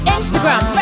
Instagram